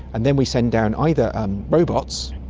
and then we send down either robots,